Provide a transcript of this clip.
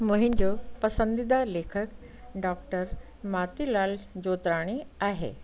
मुहिंजो पसंदीदा लेखक डॉक्टर मोतीलाल जोतावाणी आहे